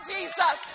Jesus